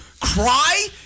Cry